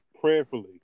Prayerfully